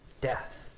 death